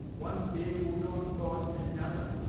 one bear will not bite another,